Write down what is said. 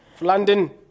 London